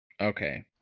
Okay